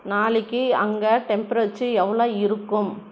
நாளைக்கு அங்கே டெம்பரேச்சி எவ்வளோ இருக்கும்